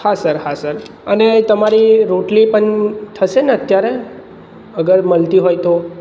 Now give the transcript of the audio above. હા સર હા સર અને તમારી રોટલી પણ થશે ને અત્યારે અગર બનતી હોય તો